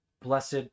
blessed